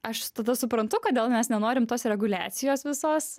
aš tada suprantu kodėl mes nenorim tos reguliacijos visos